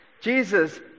Jesus